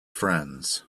friends